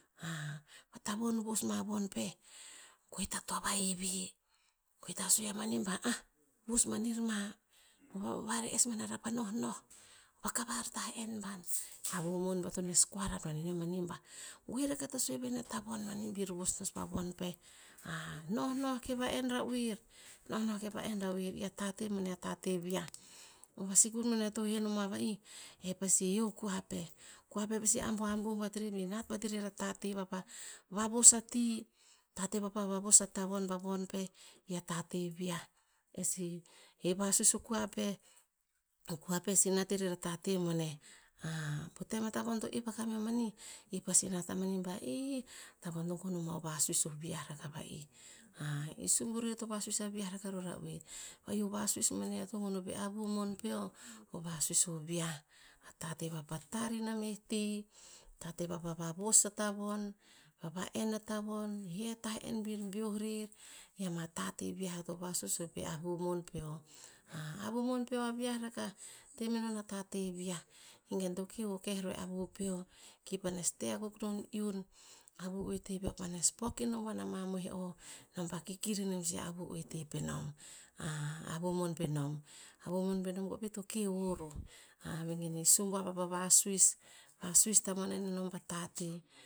a tavon vos ma von peh, gue ta toa vaheve, gue ta sue a manih ba, ah, vos ban er ma, vare es banara pa nohnoh, vakavar tah en ban. Avu mon peo to nes koara anenio manih bah, goe rakah ta sue va'in a tavon bir vos nos pa von peh. nohnoh ke va'en ra'oer, nohnoh ke va'en ra'oer, i a tate boneh atate veah. O vasikur boneh to henomoa va'ih, e pasi he o koa peh, koa peh pasi abuabuh bat rer, bir nat bat irer a tate vapa vavos a ti, tate vapa vavos a tavon pa von peh, i ah tate viah. E si he vasus o kua peh, o kua peh si nat irer a tate boneh, po tem a tavon to epakamiom manih, ipasi nat amanih va'ih, tavon to gon oma vasus o viah rakah va'ih. e suburoer to vasus aviah rakah ro ira oer. Va'ih o vasuis boneh to gon noh pe avu mon peo, o vasuis o viah, atate vapa tar ina meh ti, tate vapa vavos a tavon, va'en a tavon, he a tah en bir beoh rer, i ama tate viah eo to vasus oh pe avu mon peo. avu mon peo a viah rakah, temenon a tate viah, i gen to keho keh ro e avu peo, ki panes te akuk non iun, avu oete peo panes pok kenobuan a mamoeh o. Nom pa kikir inem sih e avu oete penom, avu mon penom, avu mon penom kove to keho roh, vegen e subuav a vavasus, vasus tamoan anenom pa tate.